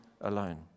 alone